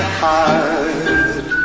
heart